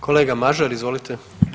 Kolega Mažar, izvolite.